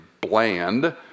bland